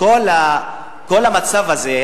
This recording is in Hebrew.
שכל המצב הזה,